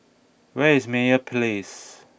where is Meyer Place